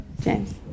James